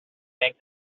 make